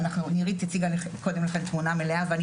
נרית קודם הציגה לכם תמונה מלאה ואני